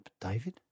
David